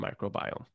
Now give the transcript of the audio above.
microbiome